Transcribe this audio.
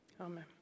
Amen